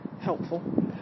helpful